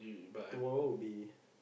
tomorrow would be